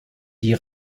die